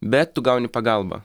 bet tu gauni pagalbą